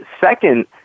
second